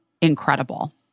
incredible